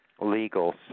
legal